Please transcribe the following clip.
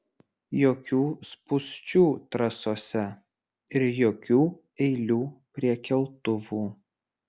jokių spūsčių trasose ir jokių eilių prie keltuvų